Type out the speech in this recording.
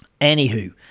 Anywho